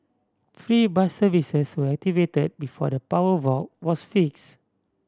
free bus services were activated before the power wall was fix